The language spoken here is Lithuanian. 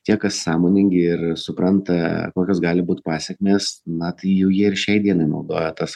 tie kas sąmoningi ir supranta kokios gali būt pasekmės na tai jau jie ir šiai dienai naudoja tas